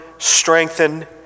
Strengthen